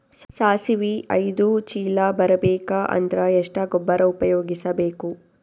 ಸಾಸಿವಿ ಐದು ಚೀಲ ಬರುಬೇಕ ಅಂದ್ರ ಎಷ್ಟ ಗೊಬ್ಬರ ಉಪಯೋಗಿಸಿ ಬೇಕು?